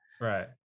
Right